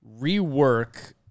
rework